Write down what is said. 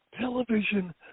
television